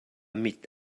mit